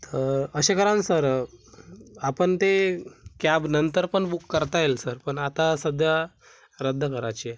तर असे करा नं सर आपण ते क्याब नंतर पण बुक करता येईल सर पण आता सध्या रद्द कराची आहे